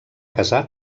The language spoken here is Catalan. casar